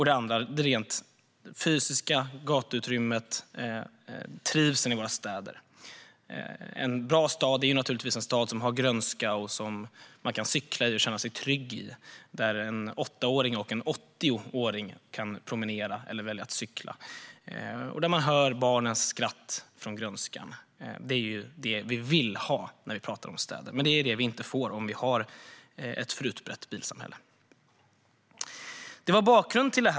Det andra är det rent fysiska - gatuutrymmet och trivseln i våra städer. En bra stad är naturligtvis en stad som har grönska och som man kan cykla i och känna sig trygg i, en stad där en 8-åring och en 80-åring kan promenera eller välja att cykla och där man hör barnens skratt från grönskan. Det är det vi vill ha när vi pratar om städer, men det är det vi inte får om vi har ett för utbrett bilsamhälle. Det var bakgrunden.